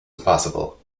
impossible